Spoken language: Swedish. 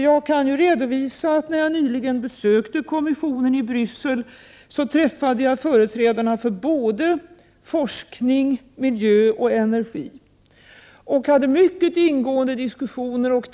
Jag kan redovisa att jag, när jag nyligen besökte kommissionen i Bryssel, träffade företrädarna för forskning, miljö och energi och hade mycket ingående diskussioner med dem.